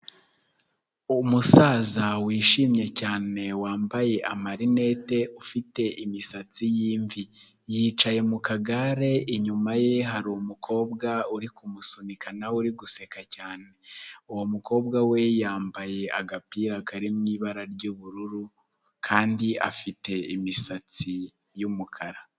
Umusaza wishimye cyane wambaye amarinete, ufite imisatsi y'imvi, yicaye mu kagare inyuma ye hari umukobwa uri kumusunika na we uri guseka cyane, uwo mukobwa we yambaye agapira kari mu ibara ry'ubururu kandi afite imisatsi y'umukara.